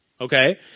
Okay